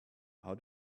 how